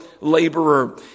laborer